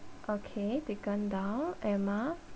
okay taken down emma